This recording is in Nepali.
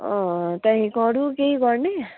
अँ त्यहाँदेखिको अरू केही गर्ने